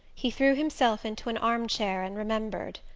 he threw himself into an armchair, and remembered.